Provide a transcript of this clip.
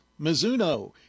Mizuno